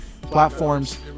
platforms